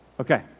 Okay